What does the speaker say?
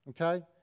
okay